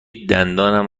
دندانم